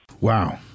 Wow